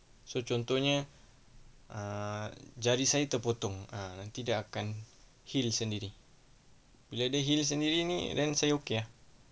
so contohnya err jari saya terpotong ah nanti dia akan heal sendiri